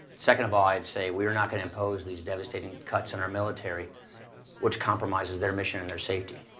second of all, i'd say, we are not going to impose these devastating cuts on our military which compromises their mission and their safety.